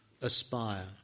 aspire